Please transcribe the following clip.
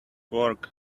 work